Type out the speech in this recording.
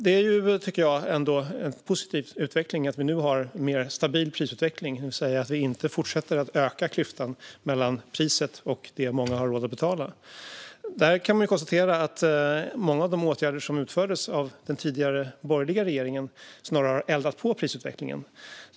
Det är ändå, tycker jag, en positiv utveckling att vi nu har en mer stabil prisutveckling, det vill säga att vi inte fortsätter att öka klyftan mellan priset och det som många har råd att betala. Man kan konstatera att många av de åtgärder som genomfördes av den tidigare borgerliga regeringen snarare har eldat på prisutvecklingen.